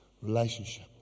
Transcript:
relationship